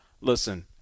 Listen